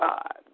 God